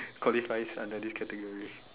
qualifies under this category